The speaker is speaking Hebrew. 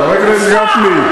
חבר הכנסת גפני,